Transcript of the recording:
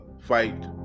fight